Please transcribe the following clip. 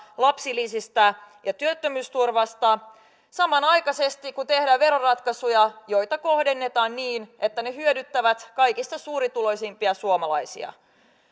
lapsilisistä ja työttömyysturvasta samanaikaisesti kun tehdään veroratkaisuja joita kohdennetaan niin että ne hyödyttävät kaikista suurituloisimpia suomalaisia